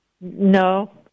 No